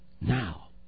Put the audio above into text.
now